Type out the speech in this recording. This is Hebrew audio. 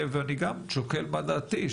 ואני גם שוקל מה דעתי,